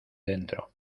dentro